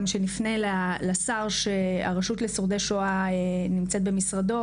גם שנפנה לסגן השר שהרשות לשורדי שואה נמצאת במשרדו,